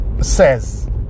says